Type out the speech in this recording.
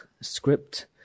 script